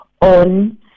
on